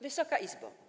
Wysoka Izbo!